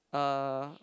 uh